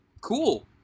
Cool